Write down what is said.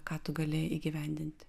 ką tu gali įgyvendinti